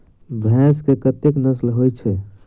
भैंस केँ कतेक नस्ल होइ छै?